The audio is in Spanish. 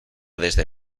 desde